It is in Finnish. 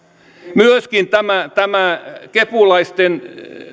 tämä tämä kepulaisten